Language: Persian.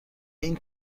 این